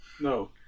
No